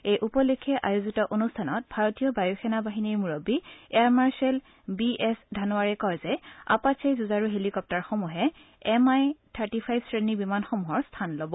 এই উপলক্ষে আয়োজিত অনুষ্ঠানত ভাৰতীয় বায়ুসেনা বাহিনীৰ মুৰববী এয়াৰমাৰ্চেল বি এছ ধানোৱাৰে কয় যে আপাচে যুজাৰু হেলিকপ্তাৰসমূহে এম আই থাৰ্টি ফাইভ শ্ৰেণীৰ বিমানসমূহৰ স্থান ল'ব